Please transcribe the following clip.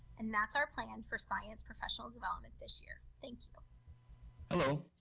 and that's our plan for science professional development this year. thank you hello,